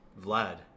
Vlad